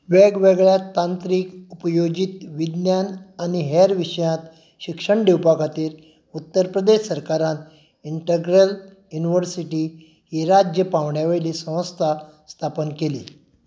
वेगवेगळ्या तांत्रीक उपयोजीत विज्ञान आनी हेर विशयांत शिक्षण दिवपाखातीर उत्तर प्रदेश सरकारान इंटग्रॅल युनिव्हर्सिटी ही राज्य पांवड्यावेली संस्था स्थापन केली